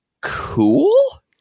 cool